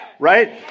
right